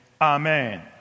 Amen